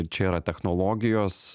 čia yra technologijos